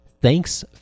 Thanks